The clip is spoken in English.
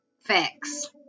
Facts